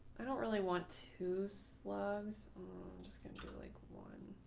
i don't really want to slug's i'm just going to do like one.